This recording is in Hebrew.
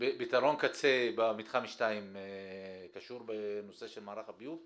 פתרון קצה במתחם 2 קשור בנושא של מערך הביוב?